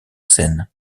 seine